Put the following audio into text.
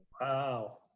Wow